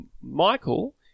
Michael